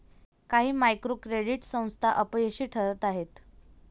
काही micro credit संस्था अपयशी ठरत आहेत